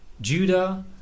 Judah